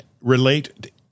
relate